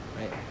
right